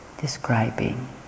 describing